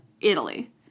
Italy